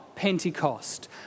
Pentecost